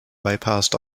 bypassed